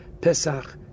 Pesach